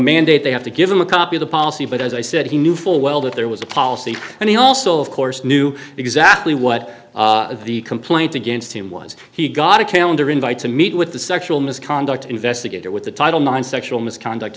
mandate they have to give him a copy of the policy but as i said he knew full well that there was a policy and he also of course knew exactly what the complaint against him was he got a calendar invite to meet with the sexual misconduct investigator with the title nine sexual misconduct